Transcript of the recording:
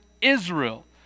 Israel